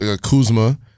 Kuzma